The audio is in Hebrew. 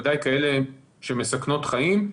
ודאי כאלה שמסכנות חיים,